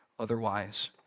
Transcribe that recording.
Otherwise